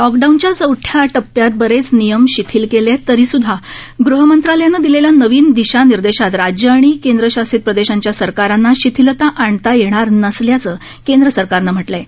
लॉकडाऊनच्या चौथ्या टप्प्यात बरेच नियम शिथिल केले आहेत तरीही गृहमंत्रालयानं दिलेल्या नवीन दिशानिर्देशात राज्यं आणि केंद्रशासित प्रदेशांच्या सरकारांना शीथिलता आणता येणार नसल्याचं केंद्र सरकारने म्हटले आहे